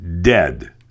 dead